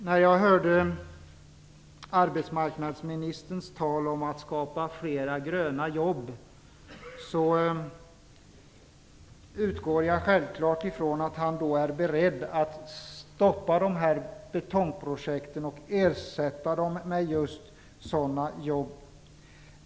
När jag hörde arbetsmarknadsministerns tal om att skapa flera gröna jobb utgick jag självfallet ifrån att han är beredd att stoppa betongprojekten och ersätta dem med just sådana jobb.